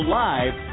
live